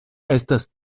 estas